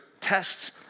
tests